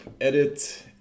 edit